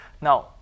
Now